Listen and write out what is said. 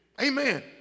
Amen